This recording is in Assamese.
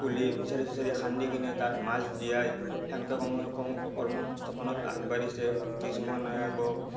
খুলি ফিচাৰি চিচাৰি খান্দি কিনে তাত মাছ জীয়াই সেনকে কমেও কৰ্ম সংস্থাপনত আগবাঢ়িছে কিছুমানে আকৌ